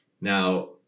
Now